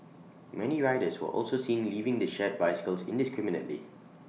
many riders were also seen leaving the shared bicycles indiscriminately